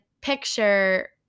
picture